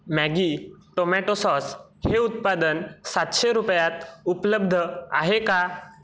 Maggi tomato sauce हे उत्पादन सातशे रुपयात उपलब्ध आहे का